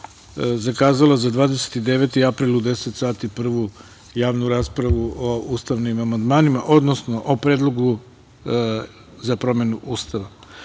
zakazala je za 29. april u 10,00 sati prvu javnu raspravu o ustavnim amandmanima, odnosno o Predlogu za promenu Ustava.